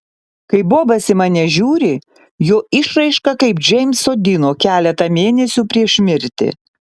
kai bobas į mane žiūri jo išraiška kaip džeimso dino keletą mėnesių prieš mirtį